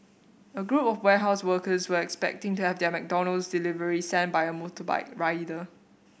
a group of warehouse workers were expecting to have their McDonald's delivery sent by a motorbike rider